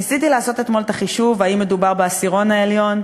ניסיתי לעשות אתמול את החישוב האם מדובר בעשירון העליון,